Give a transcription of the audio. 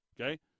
Okay